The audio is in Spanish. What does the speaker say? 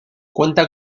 cuenta